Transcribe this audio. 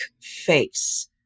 face